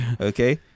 okay